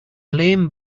lame